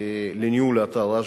לניהול אתר רשב"י.